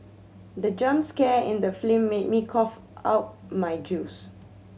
the jump scare in the film made me cough out my juice